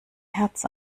hertz